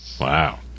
Wow